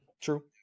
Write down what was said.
true